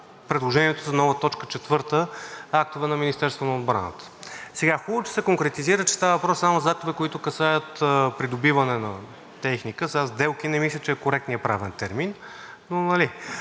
предложението за нова т. 4 – „актове на Министерството на отбраната“. Хубаво е, че се конкретизира, че става въпрос само за актове, които касаят придобиване на техника. „Сделки“ не мисля, че е коректният правен термин.